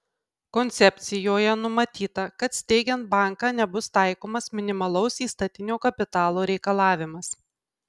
koncepcijoje numatyta kad steigiant banką nebus taikomas minimalaus įstatinio kapitalo reikalavimas